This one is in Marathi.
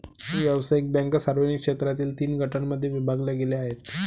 व्यावसायिक बँका सार्वजनिक क्षेत्रातील तीन गटांमध्ये विभागल्या गेल्या आहेत